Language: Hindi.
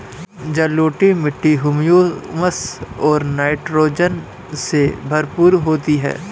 जलोढ़ मिट्टी हृयूमस और नाइट्रोजन से भरपूर होती है